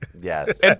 Yes